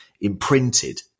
imprinted